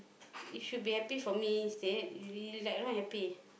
you should be happy for me instead you like not happy